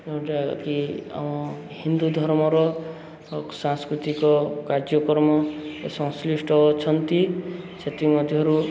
ଯେଉଁଟାକି ଆମ ହିନ୍ଦୁ ଧର୍ମର ସାଂସ୍କୃତିକ କାର୍ଯ୍ୟକ୍ରମ ସଂଶ୍ଲିଷ୍ଟ ଅଛନ୍ତି ସେଥିମଧ୍ୟରୁ